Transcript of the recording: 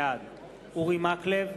בעד אורי מקלב,